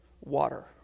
water